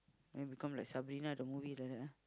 then become like Sabrina the movie like that ah